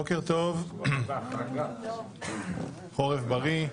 בוקר טוב, חורף בריא.